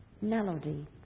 melody